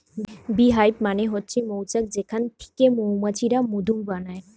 bee hive মানে হচ্ছে মৌচাক যেখান থিকে মৌমাছিরা মধু বানায়